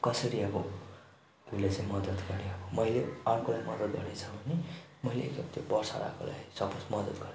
कसरी अब उसले चाहिँ मदत गर्यो अब मैले पनि अर्कोलाई मदत गर्ने छ भने मैले त्यो पर्स हराएकोलाई समज मदत गर्छ